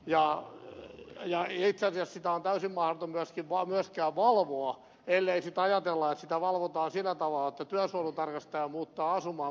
itse asiassa sitä on täysin mahdoton myöskään valvoa ellei sitten ajatella että sitä valvotaan sillä tavalla että työsuojelutarkastaja muuttaa asumaan kuljetusyrittäjän kanssa